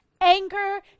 anger